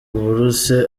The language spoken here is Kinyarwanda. bourses